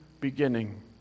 beginning